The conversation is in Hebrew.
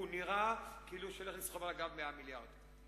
הוא נראה כאילו הוא הולך לסחוב על הגב 100 מיליארד שקל.